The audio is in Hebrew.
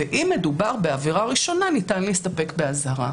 ואם מדובר בעבירה ראשונה ניתן להסתפק באזהרה".